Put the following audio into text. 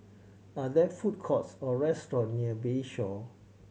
are there food courts or restaurant near Bayshore